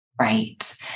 Right